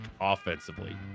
offensively